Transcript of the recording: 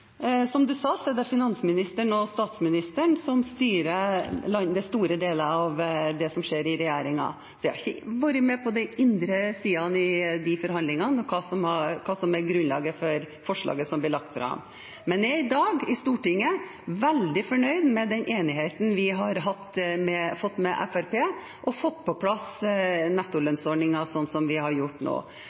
statsministeren som styrer store deler av det som skjer i regjeringen. Jeg har ikke vært med på innsiden i de forhandlingene, og hva som er grunnlaget for forslaget som blir lagt fram, men jeg er i dag i Stortinget veldig fornøyd med den enigheten vi har fått med Fremskrittspartiet, og at vi har fått på plass nettolønnsordningen slik vi har gjort nå.